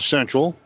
Central